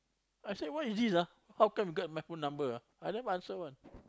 I say what is this ah how come you get my phone number ah I never answer one